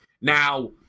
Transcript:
Now